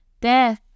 death